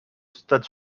stade